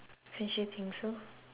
don't you think so